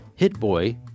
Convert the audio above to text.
Hitboy